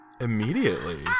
Immediately